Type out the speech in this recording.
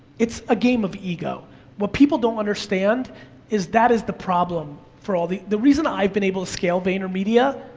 it's a game of ego, and what people don't understand is that is the problem for all the, the reason i've been able to scale vaynermedia,